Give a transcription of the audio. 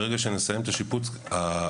ד׳ בניסן תשפ״ג 26 במרץ 2023,